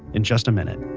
in just a minute